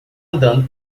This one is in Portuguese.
andando